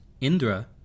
Indra